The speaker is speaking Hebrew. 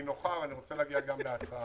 זאת ישיבה נינוחה ואני רוצה להגיע גם להצעה.